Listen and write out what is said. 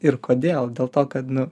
ir kodėl dėl to kad nu